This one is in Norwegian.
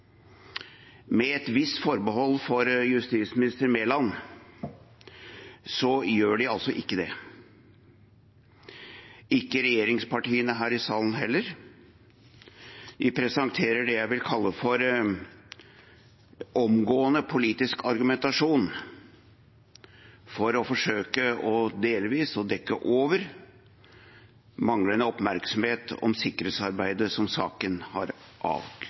Med et visst forbehold for justisminister Mæland gjør de altså ikke det. Ikke regjeringspartiene her i salen heller – de presenterer det jeg vil kalle for omgående politisk argumentasjon for å forsøke delvis å dekke over manglende oppmerksomhet om sikkerhetsarbeidet, som saken har